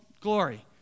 Glory